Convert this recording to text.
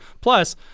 Plus